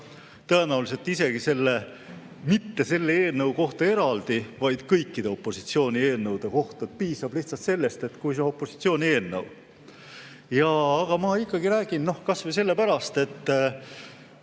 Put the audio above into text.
tõenäoliselt isegi mitte selle eelnõu kohta eraldi, vaid kõikide opositsiooni eelnõude kohta. Piisab lihtsalt sellest, kui see on opositsiooni eelnõu. Aga ma ikkagi räägin, kas või sellepärast, et